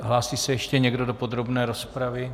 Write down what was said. Hlásí se ještě někdo do podrobné rozpravy?